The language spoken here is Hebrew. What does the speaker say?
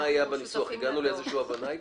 הגענו לאיזושהי הבנה אתם?